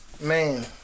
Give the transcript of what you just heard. Man